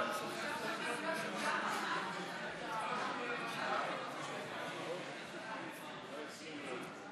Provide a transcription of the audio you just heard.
הכנסת מוסי רז לסעיף 1